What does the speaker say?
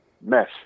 mess